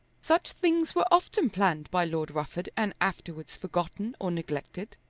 such things were often planned by lord rufford, and afterwards forgotten or neglected.